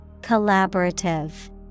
Collaborative